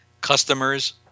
Customers